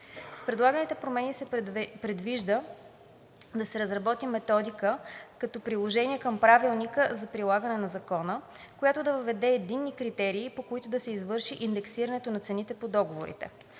С предлаганите промени се предвижда да се разработи методика като приложение към Правилника за прилагане на Закона, която да въведе единни критерии, по които да се извърши индексирането на цените по договорите.